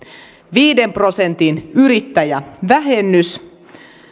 viiden prosentin yrittäjävähennys